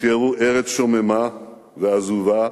ותיארו ארץ שוממה ועזובה